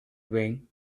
vain